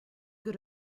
good